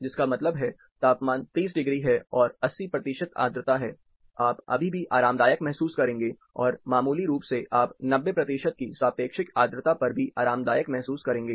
जिसका मतलब है तापमान 30 डिग्री है और 80 प्रतिशत आर्द्रता है आप अभी भी आरामदायक महसूस करेंगे और मामूली रूप से आप 90 प्रतिशत की सापेक्षिक आर्द्रता पर भी आरामदायक महसूस करेंगे